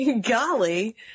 Golly